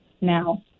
now